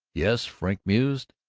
yes, frink mused,